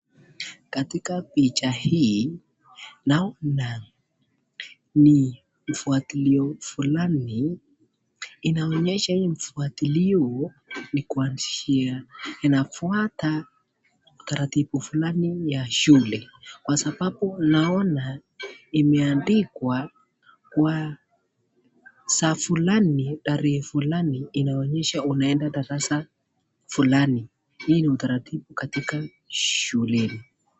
Katika picha hii naona ni mfuatilio fulani. inaonyesha hii mfuatilio ni kuanzia inafuata taratibu fulani ya shule kwa sababu naona imeandikwa wazo fulani, tarehe fulani inaonyesha unaenda darasa fulani. Hii ni utaratibu katika shuleni.